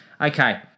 Okay